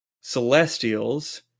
celestials